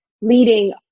leading